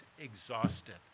exhausted